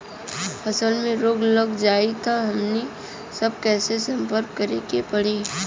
फसल में रोग लग जाई त हमनी सब कैसे संपर्क करें के पड़ी?